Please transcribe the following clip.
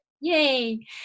Yay